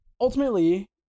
ultimately